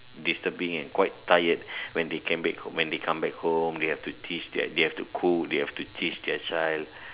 disturbing and quite tired when they come back when they come back home they have to teach their they have to cook they have to teach their child